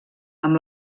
amb